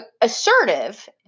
assertive